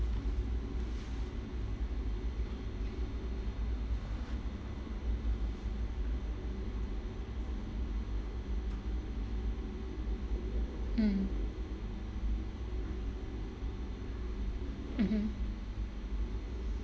mm mmhmm